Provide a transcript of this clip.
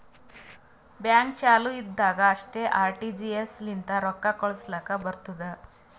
bank ಚಾಲು ಇದ್ದಾಗ್ ಅಷ್ಟೇ ಆರ್.ಟಿ.ಜಿ.ಎಸ್ ಲಿಂತ ರೊಕ್ಕಾ ಕಳುಸ್ಲಾಕ್ ಬರ್ತುದ್